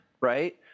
right